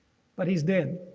but he's dead.